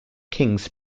kings